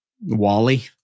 Wally